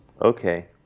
okay